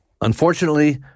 Unfortunately